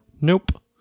Nope